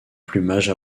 plumage